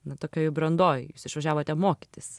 na tokioj brandoj jūs išvažiavote mokytis